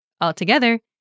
Altogether